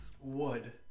Wood